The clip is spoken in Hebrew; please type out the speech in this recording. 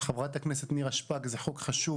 חברת הכנסת נירה שפק, זה חוק חשוב.